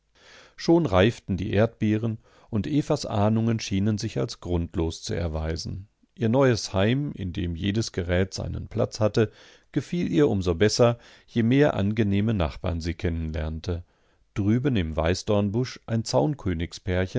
schon reiften die erdbeeren und evas ahnungen schienen sich als grundlos zu erweisen ihr neues heim in dem jedes gerät seinen platz hatte gefiel ihr um so besser je mehr angenehme nachbarn sie kennenlernte drüben im weißdornbusch ein